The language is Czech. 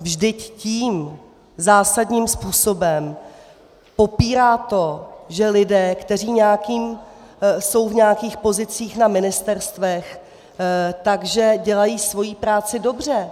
Vždyť tím zásadním způsobem popírá to, že lidé, kteří jsou v nějakých pozicích na ministerstvech, dělají svoji práci dobře.